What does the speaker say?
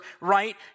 right